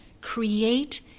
Create